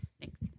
Thanks